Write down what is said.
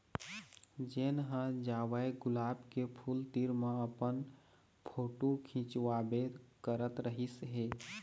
जेन ह जावय गुलाब के फूल तीर म अपन फोटू खिंचवाबे करत रहिस हे